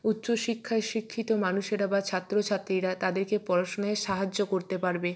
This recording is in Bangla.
উচ্চশিক্ষায় শিক্ষিত মানুষেরা বা ছাত্র ছাত্রীরা তাদেরকে পড়াশোনায় সাহায্য করতে পারবে